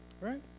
right